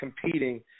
competing